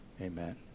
Amen